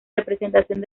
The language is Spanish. representación